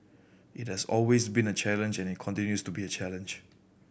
it has always been a challenge and it continues to be a challenge